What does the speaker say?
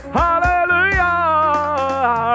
hallelujah